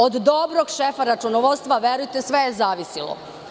Od dobrog šefa računovodstva, sve je zavisilo.